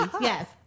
yes